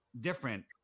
different